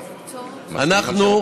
אנחנו,